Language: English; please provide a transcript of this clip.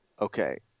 Okay